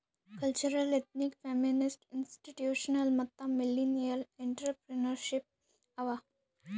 cultural, ethnic, feminist, institutional ಮತ್ತ millennial entrepreneurship ಅವಾ